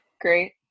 great